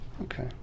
Okay